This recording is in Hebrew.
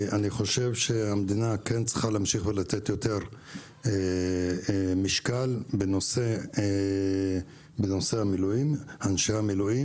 אני חושב שהמדינה כן צריכה להמשיך ולתת יותר משקל בנושא אנשי המילואים